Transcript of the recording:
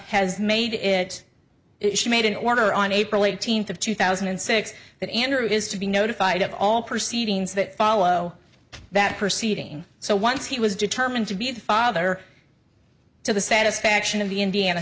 has made it she made an order on april eighteenth of two thousand and six that andrew is to be notified of all proceedings that follow that proceeding so once he was determined to be the father to the satisfaction of the indiana